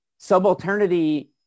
subalternity